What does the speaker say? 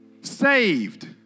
Saved